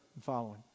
following